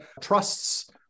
trusts